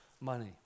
money